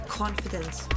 confidence